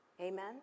Amen